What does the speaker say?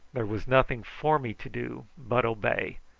there was nothing for me to do but obey,